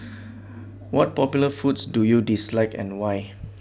what popular foods do you dislike and why